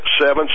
seven